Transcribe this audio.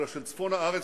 אלא של צפון הארץ,